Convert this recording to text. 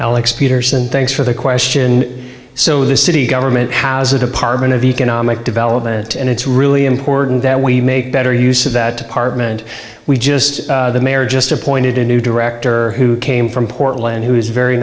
alex peterson thanks for the question so the city government has a department of economic development and it's really important that we make better use of that department and we just the mayor just appointed a new director who came from portland who is very